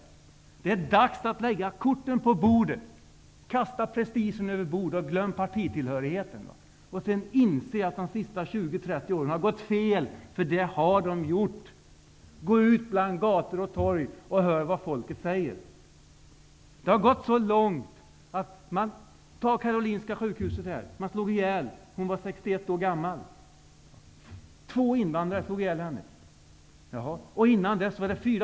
Det är dags att lägga korten på bordet, kasta prestigen över bord och glömma partitillhörigheten. Man måste inse att de senaste 20--30 åren har gått fel, för det har de gjort. Gå ut på gator och torg och hör vad folket säger. Det har gått långt. På Karolinska sjukhuset slog två invandrare ihjäl en kvinna på 61 år.